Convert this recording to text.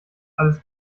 alles